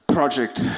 Project